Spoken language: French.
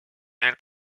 elle